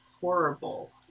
horrible